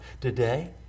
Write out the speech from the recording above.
today